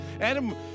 Adam